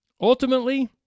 Ultimately